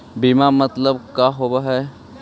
बीमा मतलब का होव हइ?